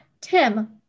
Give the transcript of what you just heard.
Tim